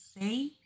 say